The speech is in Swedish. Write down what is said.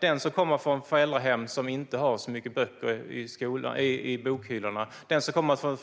Den som kommer från ett hem där föräldrarna inte har så mycket böcker i bokhyllorna, ett hem där